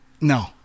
No